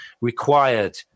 required